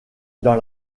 dans